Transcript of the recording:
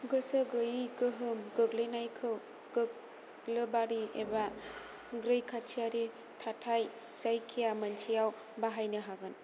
गोसो गैयै गोहोम गोग्लैनायखौ गाग्लोबारि एबा रैखाथियारि थाथाइ जायखिया मोनसेआव बाहायनो हागोन